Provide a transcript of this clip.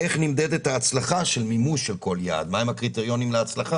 מה הם הקריטריונים להצלחה?